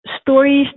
stories